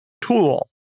tool